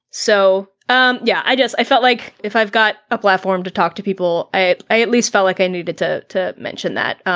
so um, yeah, i just i felt like if i've got a platform to talk to people, i i at least felt like i needed to to mention that.